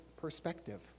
perspective